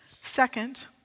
Second